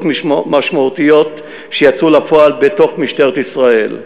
משמעותיות שיצאו לפועל בתוך משטרת ישראל: